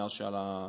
מאז שעלה המחיר.